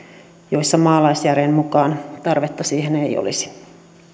joissa maalaisjärjen mukaan tarvetta siihen ei olisi